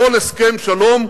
הדרושים בכל הסכם שלום,